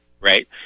right